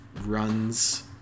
runs